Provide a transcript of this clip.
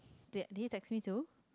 did did he text me too